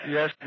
Yes